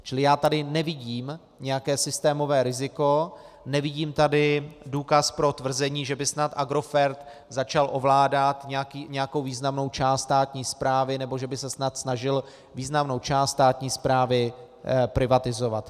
Čili já tady nevidím nějaké systémové riziko, nevidím tady důkaz pro tvrzení, že by snad Agrofert začal ovládat nějakou významnou část státní správy nebo že by se snad snažil významnou část státní správy privatizovat.